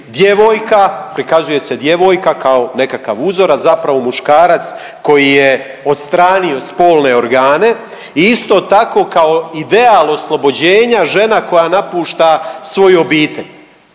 djevojka, prikazuje se djevojka kao nekakav uzor, a zapravo muškarac koji je odstranio spolne organe i isto tako kao ideal oslobođenja žena koja napušta svoju obitelj,